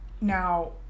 Now